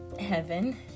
heaven